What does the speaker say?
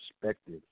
perspective